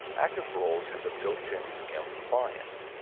active roles has a built-in scim client.